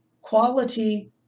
quality